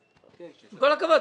עם כל הכבוד,